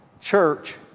Church